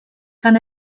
kann